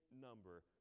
number